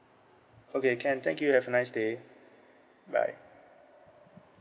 okay can thank you have a nice day bye